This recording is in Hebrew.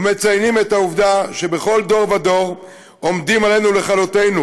ומציינים את העובדה שבכל דור ודור עומדים עלינו לכלותנו,